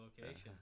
Location